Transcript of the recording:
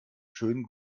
schönen